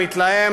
המתלהם,